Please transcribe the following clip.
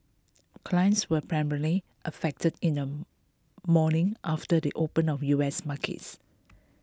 clients were primarily affected in the morning after the the open of U S markets